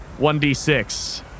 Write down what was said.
1d6